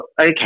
okay